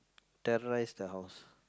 terrorize the house